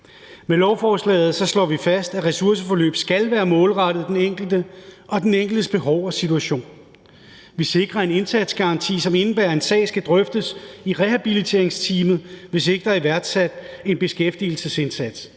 Med lovforslaget slår vi fast, at ressourceforløb skal være målrettet den enkelte og den enkeltes behov og situation. Vi sikrer en indsatsgaranti, som indebærer, at en sag skal drøftes i rehabiliteringsteamet, hvis ikke der er iværksat en beskæftigelsesindsats,